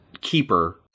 keeper